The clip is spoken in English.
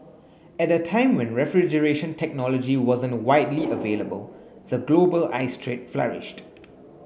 at a time when refrigeration technology wasn't widely available the global ice trade flourished